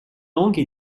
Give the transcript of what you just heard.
langue